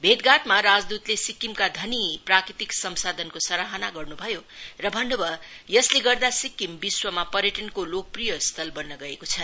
भेटघाटमा राजदूतले सिक्किमका धनी प्राकृतिक संसाधनको सराहना गर्नु भयो र भन्नुभयो यसले गर्दा सिक्किम विश्वमा पर्यटनको लोकप्रिय स्थल बन्न गएको छ